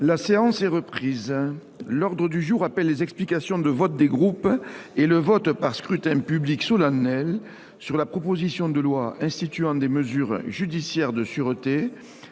La séance est reprise. L’ordre du jour appelle les explications de vote des groupes et le vote par scrutin public solennel sur la proposition de loi instituant des mesures judiciaires de sûreté